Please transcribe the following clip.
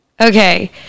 Okay